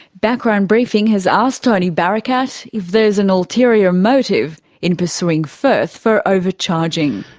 background briefing has asked tony barakat if there's an ulterior motive in pursuing firth for overcharging.